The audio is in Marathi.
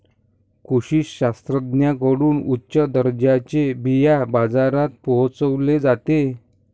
कृषी शास्त्रज्ञांकडून उच्च दर्जाचे बिया बाजारात पोहोचवले जाते